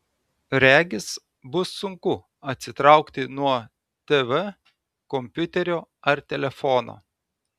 regis bus sunku atsitraukti nuo tv kompiuterio ar telefono